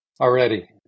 already